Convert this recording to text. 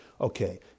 Okay